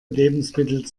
lebensmittel